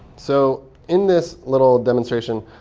so in this little demonstration,